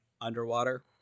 underwater